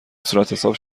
صورتحساب